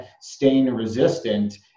stain-resistant